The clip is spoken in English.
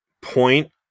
point